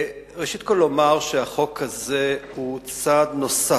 ראשית כול לומר שהחוק הזה הוא צעד נוסף,